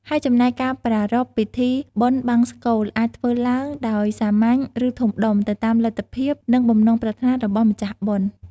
ហើយចំណែកការប្រារព្វពិធីបុណ្យបង្សុកូល អាចធ្វើឡើងដោយសាមញ្ញ ឬធំដុំ ទៅតាមលទ្ធភាព និងបំណងប្រាថ្នារបស់ម្ចាស់បុណ្យ។